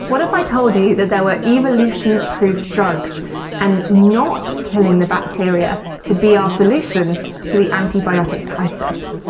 what if i told you that there were evolution-proof drugs and not killing the bacteria could be our solution to the antibiotics crisis?